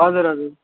हजुर हजुर